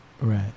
Right